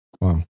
Wow